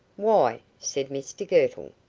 why? said mr girtle.